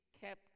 kept